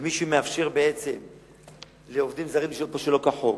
ומי שמאפשר בעצם לעובדים זרים לשהות פה שלא כחוק,